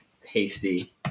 hasty